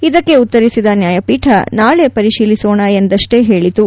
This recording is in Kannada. ಇದಕ್ಕೆ ಉತ್ತರಿಸಿದ ನ್ಯಾಯಪೀಠ ನಾಳೆ ಪರಿಶೀಲಿಸೋಣ ಎಂದಷ್ವೇ ಹೇಳಿತು